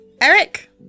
Eric